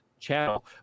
channel